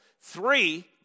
Three